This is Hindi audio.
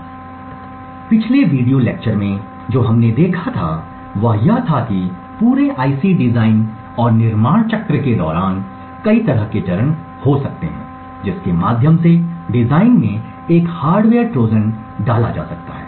इसलिए पिछले वीडियो लेक्चर में जो हमने देखा था वह यह था कि पूरे आईसी डिजाइन और निर्माण चक्र के दौरान कई तरह के चरण हो सकते हैं जिसके माध्यम से डिजाइन में एक हार्डवेयर ट्रोजन डाला जा सकता है